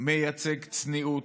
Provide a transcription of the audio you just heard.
מייצג צניעות,